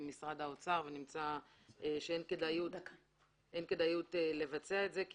משרד האוצר ונמצא שאין כדאיות לבצע את זה,